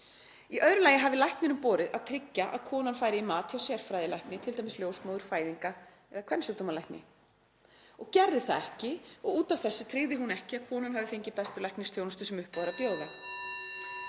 Í öðru lagi hafi lækninum borið að tryggja að konan færi í mat hjá sérfræðilækni, til dæmis ljósmóður, fæðingar- eða kvensjúkdómalækni. „Og gerði það ekki og út af þessu tryggði hún ekki að konan hafi fengið bestu læknisþjónustu sem uppá er að bjóða,“